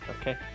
Okay